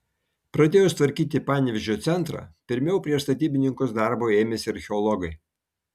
pradėjus tvarkyti panevėžio centrą pirmiau prieš statybininkus darbo ėmėsi archeologai